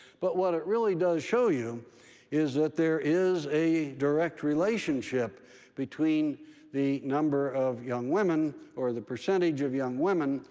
but what it really does show you is that there is a direct relationship between the number of young women, or the percentage of young women,